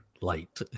Light